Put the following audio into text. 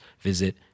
visit